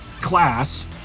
class